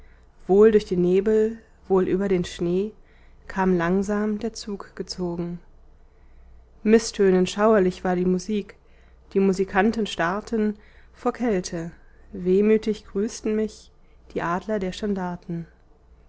wohl durch den nebel wohl über den schnee kam langsam der zug gezogen mißtönend schauerlich war die musik die musikanten starrten vor kälte wehmütig grüßten mich die adler der standarten